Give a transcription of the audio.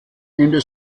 ende